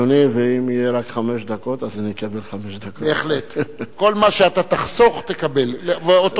כל מה שתחסוך, תקבל, נא